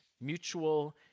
Mutual